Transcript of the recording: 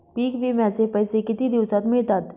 पीक विम्याचे पैसे किती दिवसात मिळतात?